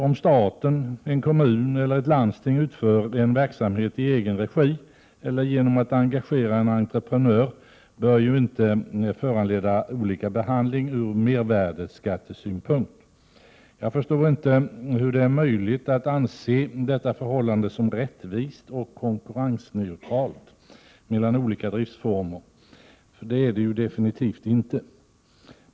Om staten, en kommun eller ett landsting utför en verksamhet i egen regi eller genom att engagera en entreprenör bör detta inte föranleda olika behandling ur mervärdeskattesynpunkt. Jag förstår inte hur det är möjligt att anse detta förhållande som rättvist och konkurrensneutralt mellan olika driftsformer. Det är det ju absolut inte.